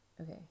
Okay